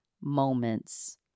moments